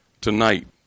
Tonight